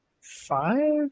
five